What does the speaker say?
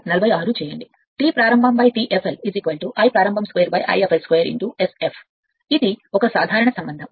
ఉంటే T ప్రారంభం Tfl I ప్రారంభం 2 Iప్రారంభం Ifl 2 Sf ఇది ఒక సాధారణ సంబంధం